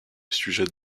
sujet